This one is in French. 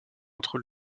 entre